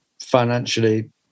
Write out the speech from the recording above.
financially